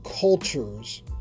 cultures